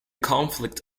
conflict